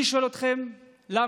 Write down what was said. ואני שואל אתכם: למה?